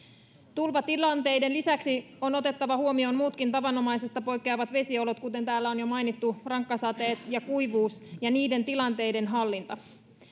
tulvatilanteiden lisäksi on otettava huomioon muutkin tavanomaisesta poikkeavat vesiolot kuten täällä on jo mainittu rankkasateet ja kuivuus ja niiden tilanteiden hallinta